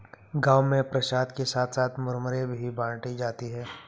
गांव में प्रसाद के साथ साथ मुरमुरे ही बाटी जाती है